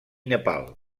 nepal